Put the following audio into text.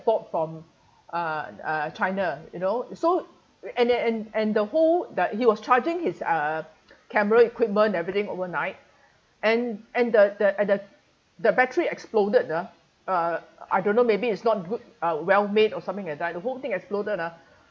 bought from uh uh china you know so and then and and the whole that he was charging his uh camera equipment everything overnight and and the the the battery exploded ah uh I don't know maybe it's not good uh well made or something like that the whole thing exploded ah